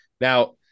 Now